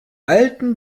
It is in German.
alten